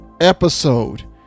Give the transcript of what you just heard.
episode